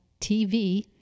TV